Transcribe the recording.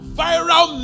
viral